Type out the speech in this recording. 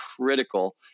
critical